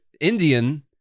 Indian